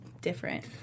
different